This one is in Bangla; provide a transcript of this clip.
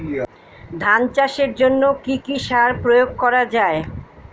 ধান চাষের জন্য কি কি সার প্রয়োগ করা য়ায়?